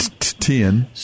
Ten